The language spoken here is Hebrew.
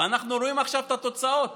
ואנחנו רואים עכשיו את התוצאות